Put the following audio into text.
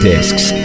Discs